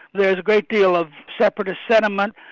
there's a great deal of separatist sentiment,